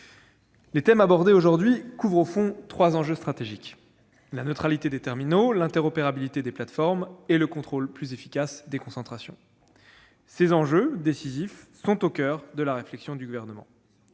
Les thèmes abordés couvrent au fond trois enjeux stratégiques : la neutralité des terminaux, l'interopérabilité des plateformes et le contrôle plus efficace des concentrations. Ces enjeux décisifs sont au coeur de la réflexion du Gouvernement.